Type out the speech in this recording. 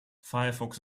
firefox